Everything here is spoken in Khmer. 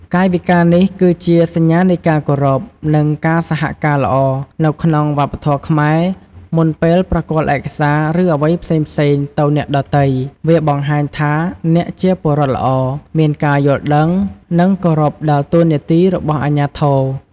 កាយវិការនេះគឺជា សញ្ញានៃការគោរព និងការសហការល្អ នៅក្នុងវប្បធម៌ខ្មែរ មុនពេលប្រគល់ឯកសារ ឬអ្វីផ្សេងៗទៅអ្នកដទៃ វាបង្ហាញថាអ្នកជាពលរដ្ឋល្អ មានការយល់ដឹង និងគោរពដល់តួនាទីរបស់អាជ្ញាធរ។